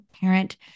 parent